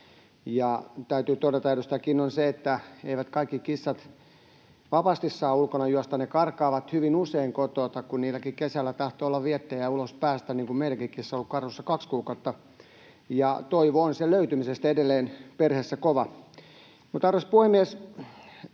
Ja täytyy todeta, edustaja Kinnunen, että eivät kaikki kissat vapaasti saa ulkona juosta. Ne karkaavat hyvin usein kotoa, kun niilläkin tahtoo olla kesällä viettejä päästä ulos. Meidänkin kissa on ollut karussa kaksi kuukautta, ja toivo sen löytymisestä on edelleen perheessä kova. Arvoisa puhemies!